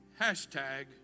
Hashtag